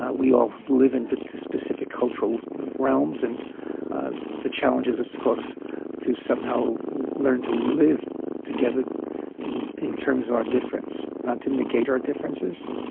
ah we all live in but a specific cultural realms, and the challenge is of course to somehow learn to live together in in terms of our difference, not to negate our differences.